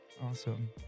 Awesome